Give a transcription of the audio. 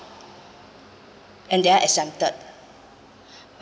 and they are exempted